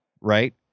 right